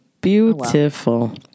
beautiful